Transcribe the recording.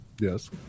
Yes